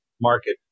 market